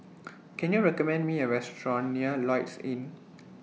Can YOU recommend Me A Restaurant near Lloyds Inn